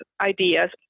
ideas